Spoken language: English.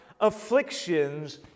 afflictions